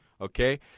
okay